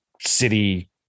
City